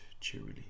cheerily